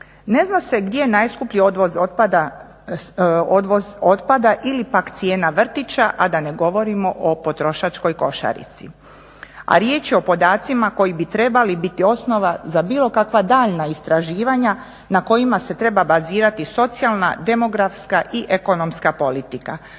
Ne zna se gdje je najskupljiji odvoz otpada ili pak cijena vrtića a da ne govorimo o potrošačkoj košarici, a riječ je o podacima koji bi trebali biti osnova za bilo kakva daljnja istraživanja na kojima se treba bazirati socijalna, demografska i ekonomska politika